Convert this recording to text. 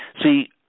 See